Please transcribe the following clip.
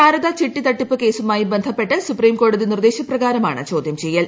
ശാരദ ചിട്ടി തട്ടിപ്പ് കേസുമായി ബന്ധപ്പെട്ട് സുപ്രീംകോടതി നിർദേശ പ്രകാരമാണ് ചോദ്യം ചെയ്യൽ